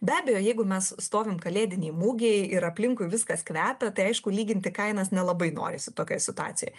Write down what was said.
be abejo jeigu mes stovim kalėdinėj mugėj ir aplinkui viskas kvepia tai aišku lyginti kainas nelabai norisi tokioj situacijoj